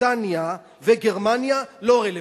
בריטניה וגרמניה לא רלוונטיות.